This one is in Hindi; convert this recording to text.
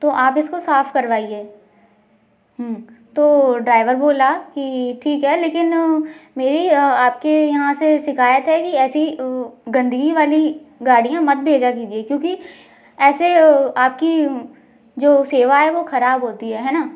तो आप इसको साफ करवाइए तो ड्राइवर बोला की ठीक है लेकिन अ मेरी अ आपके यहाँ से शिकायत है कि ऐसी गंदगी वाली गाड़ियाँ मत भेजा कीजिए क्योंकि ऐसे आपकी जो सेवा है वो खराब होती है है ना